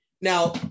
Now